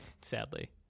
Sadly